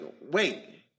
wait